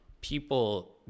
people